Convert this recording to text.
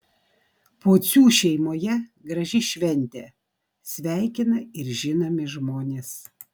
pocių šeimoje graži šventė sveikina ir žinomi žmonės